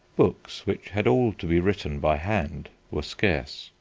books, which had all to be written by hand, were scarce.